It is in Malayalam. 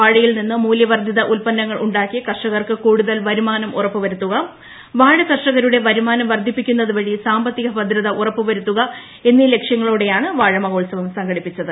വാഴയിൽ നിന്ന് മൂല്യവർദ്ധിത ഉത്പന്നങ്ങൾ ഉണ്ടാക്കി കർഷകർക്ക് കൂടുതൽ വരുമാനം ഉറപ്പ് വരുത്തുക വാഴ കർഷകരുടെ വരുമാനം വർദ്ധിപ്പിക്കുന്നതു് വഴി സാമ്പത്തിക ഭദ്രത ഉറപ്പ് വരുത്തുക എന്ന ലക്ഷ്യത്തോടെയാണ് വാഴ മഹോത്സവം സംഘടിപ്പിച്ചത്